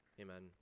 amen